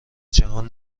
جهان